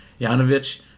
Yanovich